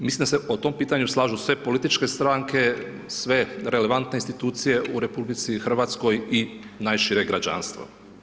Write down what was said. Mislim da se o tom pitanju slažu sve političke stranke, sve relevantne institucije u RH i najšire građanstvo.